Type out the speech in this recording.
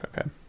Okay